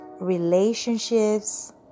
relationships